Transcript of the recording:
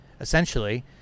Essentially